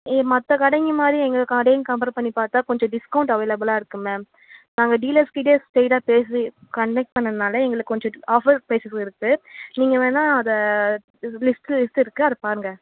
மற்ற கடைங்க மாதிரி எங்கள் கடையும் கம்பேர் பண்ணிப்பார்த்தா கொஞ்சம் டிஸ்கவுண்ட் அவைளபிலா இருக்குது மேம் நாங்கள் டீலர்ஸ் கிட்டேயே ஸ்ட்ரைட்டாக பேசி கன்வின்ஸ் பண்ணதுனால எங்களுக்கு கொஞ்சம் ஆஃபர் ப்ரைஸஸ்ஸும் இருக்குது நீங்கள் வேணுனா அதை லிஸ்ட் லிஸ்ட் இருக்குது அதை பாருங்கள்